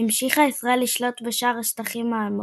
המשיכה ישראל לשלוט בשאר השטחים האמורים.